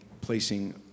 placing